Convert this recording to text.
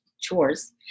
chores